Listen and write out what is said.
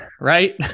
right